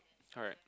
correct